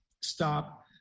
stop